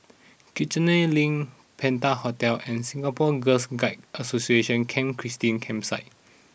Kiichener Link Penta Hotel and Singapore Girl Guides Association Camp Christine Campsite